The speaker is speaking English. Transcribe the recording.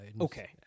Okay